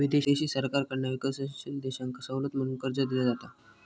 विदेशी सरकारकडना विकसनशील देशांका सवलत म्हणून कर्ज दिला जाता